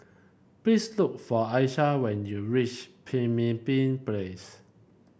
please look for Aisha when you reach Pemimpin Place